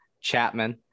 Chapman